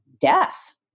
death